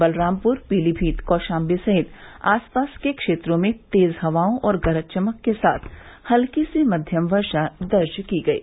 बलरामपुर पीलीभीत कौशाम्बी सहित आसपास के क्षेत्रों में तेज हवाओं और गरज चमक के साथ हल्की से मध्यम वर्षा दर्ज की गयी